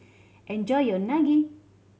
enjoy your Unagi